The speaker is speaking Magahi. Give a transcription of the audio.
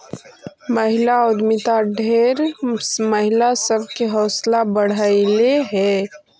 महिला उद्यमिता ढेर महिला सब के हौसला बढ़यलई हे